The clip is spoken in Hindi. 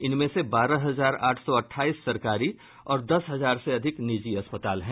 इनमें से बारह हजार आठ सौ अट्ठाईस सरकारी और दस हजार से अधिक निजी अस्पताल हैं